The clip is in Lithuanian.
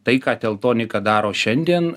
tai ką teltonika daro šiandien